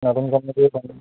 নতুন কমিটি এখন